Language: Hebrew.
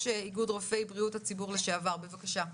איגוד רופאי בריאות הציבור לשעבר, בבקשה.